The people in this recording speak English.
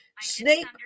Snake